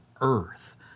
Earth